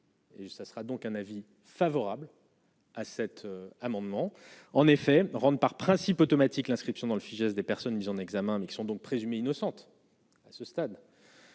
Et ça sera donc un avis favorable à cet amendement en effet rentre par principe automatique l'inscription dans le Fijais des personnes mises en examen, mais qui sont donc présumée innocente, à ce stade.